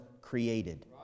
created